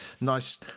Nice